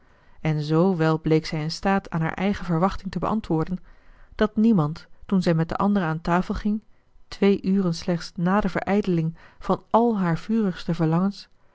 en z wel bleek zij in staat aan haar eigen verwachting te beantwoorden dat niemand toen zij met de anderen aan tafel ging twee uren slechts na de verijdeling van al haar vurigste verlangens